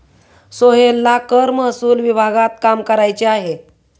सोहेलला कर महसूल विभागात काम करायचे आहे